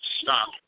stop